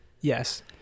Yes